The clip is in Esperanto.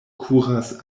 kuras